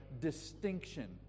distinction